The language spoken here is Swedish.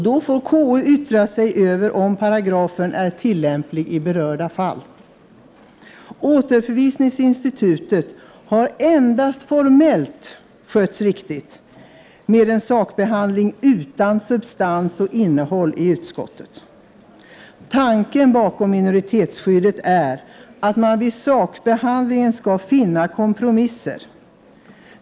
Då får KU yttra sig över om paragrafen är tillämplig i berörda fall. Återförvisningsinstitutet har endast formellt skötts riktigt, med en sakbehandling utan substans och innehåll i utskottet. Tanken bakom minoritetsskyddet är att man vid sakbehandlingen skall finna kompromisser.